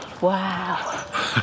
Wow